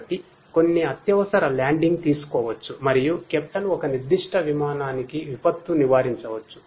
కాబట్టి కొన్ని అత్యవసర ల్యాండింగ్ తీసుకోవచ్చు మరియుకెప్టెన్ఒక నిర్దిష్ట విమానానికి విపత్తు నివారించవచ్చు